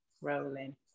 rolling